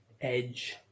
Edge